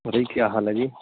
ਜੀ ਕਿਆ ਹਾਲ ਹੈ ਜੀ